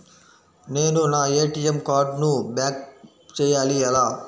నేను నా ఏ.టీ.ఎం కార్డ్ను బ్లాక్ చేయాలి ఎలా?